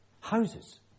houses